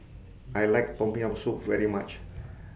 I like Tom Yam Soup very much